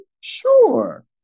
Sure